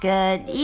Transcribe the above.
Good